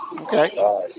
Okay